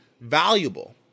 valuable